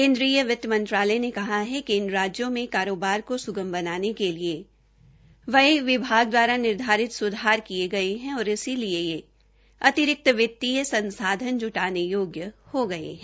केन्द्रीय वित्त मंत्रालय ने कहा है कि इन राज्यों में कारोबार को सुगम बनाने के लिए व्यय विभाग द्वारा निर्धारित सुधार किए गए हैं और इसलिए यह अतिरिक्त वित्तीय समाधान जुटाने योग्य हो गए हैं